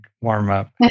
warm-up